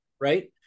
right